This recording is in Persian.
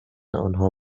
آنها